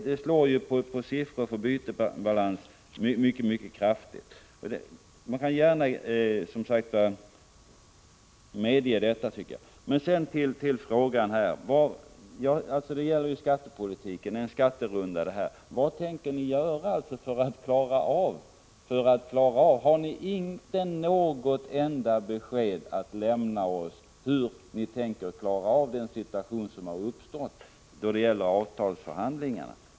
Det slår på siffrorna på bytesbalansen mycket kraftigt, och det tycker jag att man bör medge. Sedan till den fråga debatten gäller, alltså skattepolitiken. Vad tänker ni göra för att klara av den? Har ni inget enda besked att lämna oss om hur ni tänker klara av den situation som har uppstått då det gäller avtalsförhandlingarna?